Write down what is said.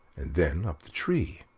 then up the tree,